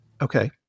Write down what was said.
Okay